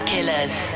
Killers